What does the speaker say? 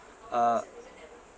uh